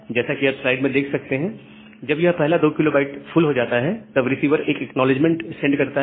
जैसा कि आप स्लाइड में देख सकते हैं जब यह पहला 2 KB फुल हो जाता है तब रिसीवर एक एक्नॉलेजमेंट सेंड करता है